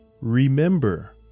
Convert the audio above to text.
Remember